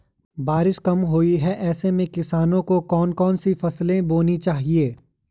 बारिश कम हुई है ऐसे में किसानों को कौन कौन सी फसलें बोनी चाहिए?